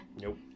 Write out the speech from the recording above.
Nope